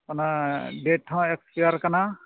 ᱚᱱᱟ ᱰᱮᱴ ᱦᱚᱸ ᱮᱠᱥᱯᱮᱭᱟᱨ ᱟᱠᱟᱱᱟ